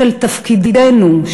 של תפקידנו,